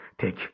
take